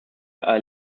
qal